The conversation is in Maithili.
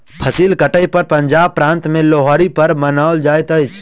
फसिल कटै पर पंजाब प्रान्त में लोहड़ी पर्व मनाओल जाइत अछि